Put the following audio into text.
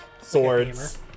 swords